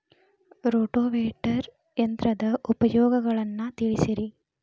rotavator ಯಂತ್ರದ ಉಪಯೋಗಗಳನ್ನ ತಿಳಿಸಿರಿ